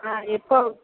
ஆ எப்போது